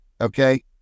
okay